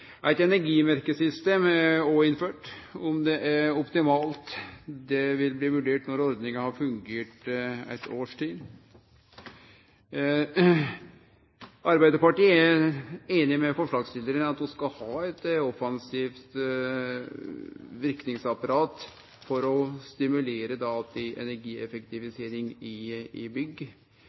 Eit energimerkesystem er òg innført. Om det er optimalt, vil bli vurdert når ordninga har fungert eit års tid. Arbeidarpartiet er einig med forslagsstillarane i at vi skal ha eit offensivt verkemiddelapparat for å stimulere til energieffektivisering i bygg, òg når det gjeld produksjon av energi i